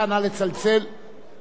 כבוד היושב-ראש,